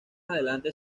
adelante